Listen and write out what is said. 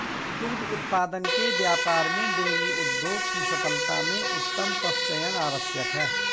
दुग्ध उत्पादन के व्यापार में डेयरी उद्योग की सफलता में उत्तम पशुचयन आवश्यक है